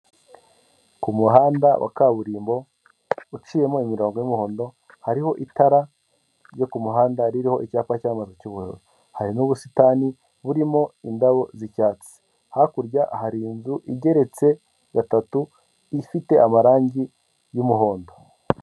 Ku muhanda wa kaburimbo uciyemo imirongo y'umuhondo, hariho itara ryo ku muhanda ririho icyapa cyamamaza cy'ubururu, hari n'ubusitani burimo indabo z'icyatsi, hakurya hari inzu igeretse gatatu ifite amarange y'umuhondo.